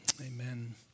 amen